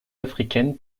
africaines